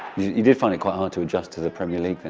you did find it quite hard to adjust to the premier league then?